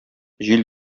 җил